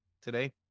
today